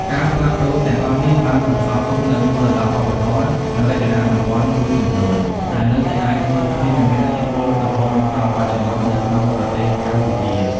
ការផ្លាស់ប្ដូរទាំងអស់នេះបានបន្សល់ទុកនូវមរតកវប្បធម៌ និងរចនាសម្ព័ន្ធមួយចំនួន ដែលនៅតែអាចមើលឃើញ និងមានឥទ្ធិពលរហូតមកដល់បច្ចុប្បន្ននៅក្នុងប្រទេសកម្ពុជា។